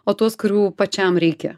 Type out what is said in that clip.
o tuos kurių pačiam reikia